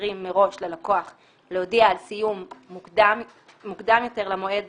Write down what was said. מאפשרים מראש ללקוח להודיע על סיום מאוחר יותר מהמועד